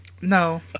No